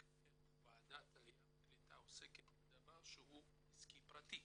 איך ועדת עליה וקליטה עוסקת בדבר שהוא עסקי פרטי.